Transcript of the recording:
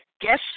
Guess